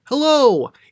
Hello